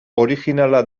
originala